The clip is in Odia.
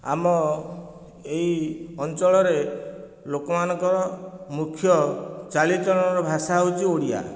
ଆମ ଏଇ ଅଞ୍ଚଳରେ ଲୋକମାନଙ୍କର ମୁଖ୍ୟ ଚାଲିଚଳନର ଭାଷା ହେଉଛି ଓଡ଼ିଆ